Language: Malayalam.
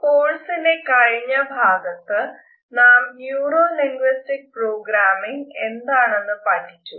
കോഴ്സിന്റെ കഴിഞ്ഞ ഭാഗത്തു നാം ന്യൂറോ ലിംഗയ്സ്റ്റിക് പ്രോഗ്രാമിങ് എന്തെന്ന് പഠിച്ചു